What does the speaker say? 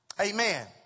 Amen